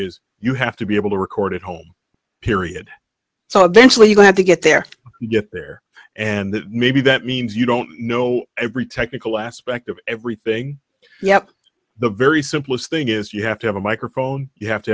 is you have to be able to record at home period so then surely you have to get there yet there and maybe that means you don't know every technical aspect of everything yeah the very simplest thing is you have to have a microphone you have to